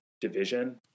division